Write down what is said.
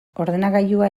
ordenagailua